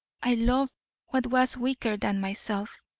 i loved what was weaker than myself,